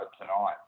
tonight